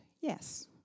yes